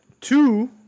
two